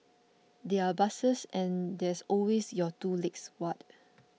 there are buses and there's always your two legs what